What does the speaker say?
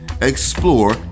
explore